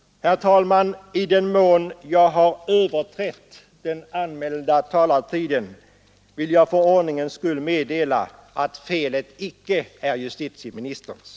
Herr talman! I den mån jag har överträtt den anmälda tiden vill jag för ordningens skull meddela att felet icke är justitieministerns.